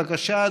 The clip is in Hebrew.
בבקשה,